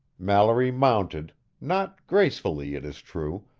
mallory mounted not gracefully, it is true,